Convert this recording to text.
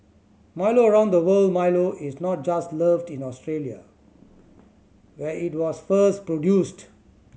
Milo around the world Milo is not just loved in Australia where it was first produced